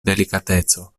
delikateco